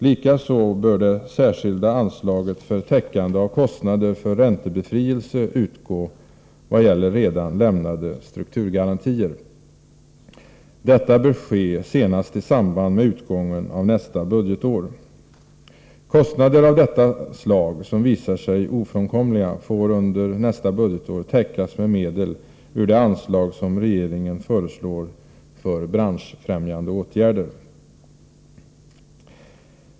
Likaså bör det särskilda anslaget för täckande av kostnader för räntebefrielse utgå vad gäller redan lämnade strukturgarantier. Detta bör ske senast i samband med utgången av nästa budgetår. Kostnader av detta slag som visar sig ofrånkomliga får under nästa budgetår täckas med medel ur det anslag som regeringen föreslår för branschfrämjande åtgärder.